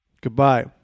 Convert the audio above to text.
Goodbye